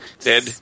Dead